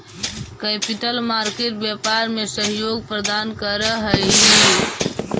capital market व्यापार में सहयोग प्रदान करऽ हई